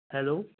hello